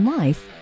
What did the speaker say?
life